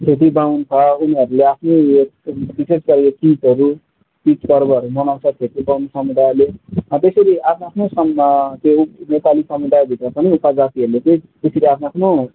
छेत्री बाहुन छ उनीहरूले आफ्नै यो विशेषगरी यो तिजहरू तिज पर्वहरू मनाउँछ छेत्री बाहुन समुदायले त्यसरी आफ्नो आफ्नो सम त्यो नेपाली समुदायभित्र पनि उपजातिहरूले चाहिँ त्यसरी आफ्नो आफ्नो